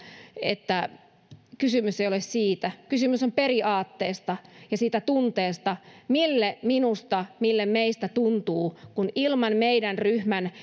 että kysymys ei ole siitä kysymys on periaatteesta ja siitä tunteesta miltä minusta miltä meistä tuntuu kun ilman meidän ryhmän